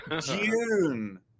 June